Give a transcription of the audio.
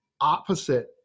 opposite